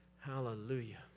Hallelujah